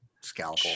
scalpel